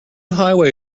highway